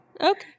Okay